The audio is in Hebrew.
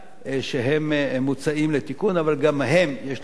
שמוצעים לתיקון, אבל גם הם יש להם משמעות.